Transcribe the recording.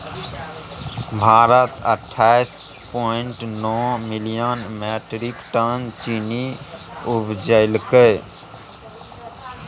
भारत अट्ठाइस पॉइंट नो million metric ton चीन्नी उपजेलकै